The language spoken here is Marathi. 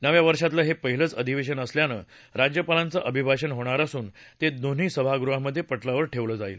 नव्या वर्षातलं हे पहिलंच अधिवेशन असल्यानं राज्यपालांचं अभिभाषण होणार असून ते दोन्ही सभागृहामध्ये प ्रिमावर ठेवलं जाईल